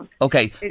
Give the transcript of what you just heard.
Okay